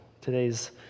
Today's